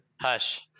Hush